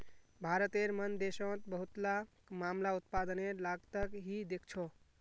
भारतेर मन देशोंत बहुतला मामला उत्पादनेर लागतक ही देखछो